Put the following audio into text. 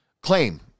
claim